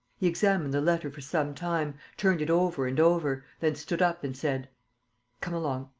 he examined the letter for some time, turned it over and over, then stood up and said come along.